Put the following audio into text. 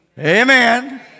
Amen